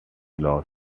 loss